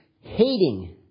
hating